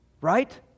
Right